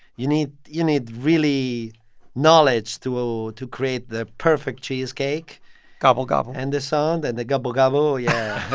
you need you need really knowledge to ah to create the perfect cheesecake gobble, gobble and the song and the gobble-gobble, yeah.